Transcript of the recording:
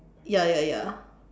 ya ya ya